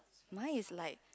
mine is like